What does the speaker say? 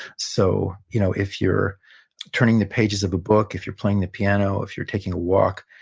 so you know, if you're turning the pages of a book, if you're playing the piano, if you're taking a walk,